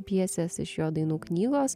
pjesės iš jo dainų knygos